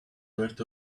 worth